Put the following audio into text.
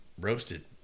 roasted